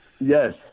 Yes